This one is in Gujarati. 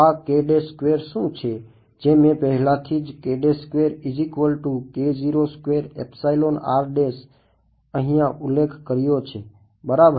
આ શું છે જે મેં પહેલાથી જ અહિયાં ઉલ્લેખ કર્યો છે બરાબર